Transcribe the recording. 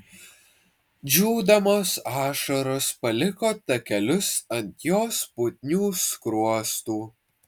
džiūdamos ašaros paliko takelius ant jos putnių skruostų